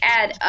add